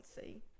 see